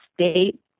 state